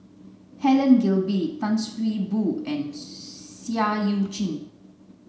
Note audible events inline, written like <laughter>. Helen Gilbey Tan See <unintelligible> Boo and Seah Eu Chin